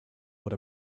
what